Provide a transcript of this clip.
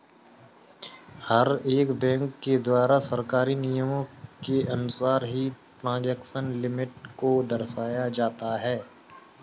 हर एक बैंक के द्वारा सरकारी नियमों के अनुसार ही ट्रांजेक्शन लिमिट को दर्शाया जाता है